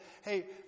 hey